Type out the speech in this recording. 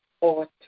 ought